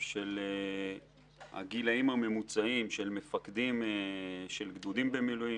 של הגילים הממוצעים של מפקדי גדודים במילואים